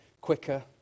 quicker